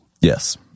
Yes